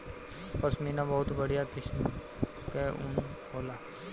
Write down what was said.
पश्मीना बहुत बढ़िया किसिम कअ ऊन होला